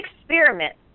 experiment